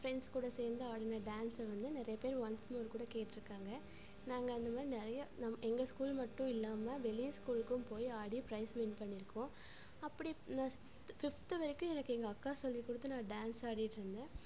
friends கூட சேர்ந்து ஆடின டான்ஸை வந்து நிறைய பேர் ஒன்ஸ் மோர் கூட கேட்டுருக்காங்க நாங்கள் இந்த மாதிரி நிறையா எங்கள் ஸ்கூல் மட்டும் இல்லாமல் வெளிய ஸ்கூலுக்கும் போய் ஆடி பிரைஸ் வின் பண்ணியிருக்கோம் அப்படி நான் ஃபிஃப்த்து வரைக்கும் எனக்கு எங்கள் அக்கா சொல்லி கொடுத்து நான் டான்ஸ் ஆடிட்டு இருந்தேன்